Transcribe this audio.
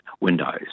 windows